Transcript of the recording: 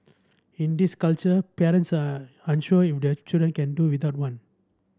in this culture parents are unsure if their children can do without one